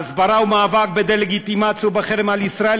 הסברה ומאבק בדה-לגיטימציה ובחרם על ישראל,